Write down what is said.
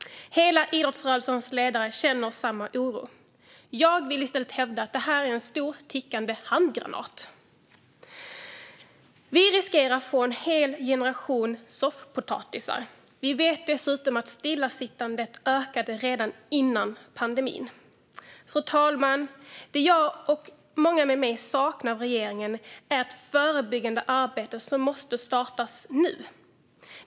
Hela idrottsrörelsens ledare känner samma oro. Jag vill i stället hävda att det här är en stor tickande handgranat. Vi riskerar att få en hel generation soffpotatisar. Vi vet dessutom att stillasittandet ökade redan innan pandemin. Fru talman! Det jag och många med mig saknar från regeringen är ett förebyggande arbete som måste startas nu.